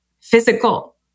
physical